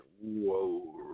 whoa